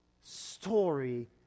story